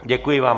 Děkuji vám.